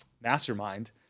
mastermind